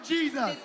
Jesus